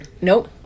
Nope